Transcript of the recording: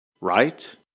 Right